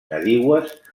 nadiues